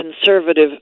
conservative